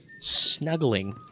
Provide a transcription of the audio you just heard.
snuggling